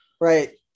right